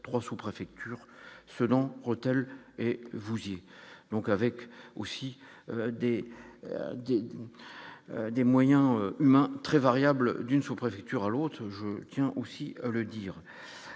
3 sous-préfectures, ce nom, Rethel et vous y donc avec aussi des des moyens humains très variables d'une sous-préfecture à l'autre, je tiens aussi à le dire,